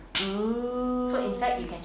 mmhmm